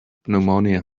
pneumonia